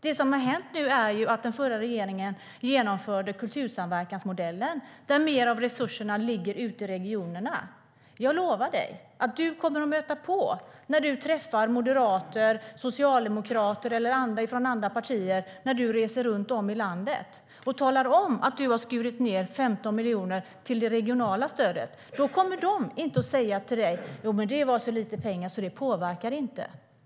Det som har hänt nu är att den förra regeringen genomförde kultursamverkansmodellen, där mer av resurserna ligger ute i regionerna. När Per Bill reser runt i landet och möter moderater, socialdemokrater och andra och talar om att han har skurit ned 15 miljoner till det regionala stödet kommer de inte att säga att det var så lite pengar att det inte påverkar.